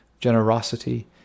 generosity